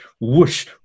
whoosh